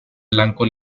blanco